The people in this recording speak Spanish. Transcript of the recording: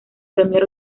premier